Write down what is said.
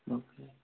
okay